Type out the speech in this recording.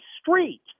street